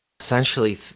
Essentially